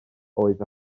oedd